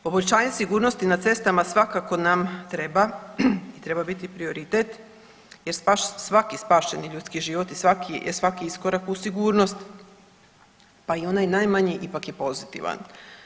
Poboljšanje sigurnosti na cestama svakako nam treba i treba biti prioritet, jer svaki spašeni ljudski život i svaki iskorak u sigurnost pa i onaj najmanji ipak je pozitivan.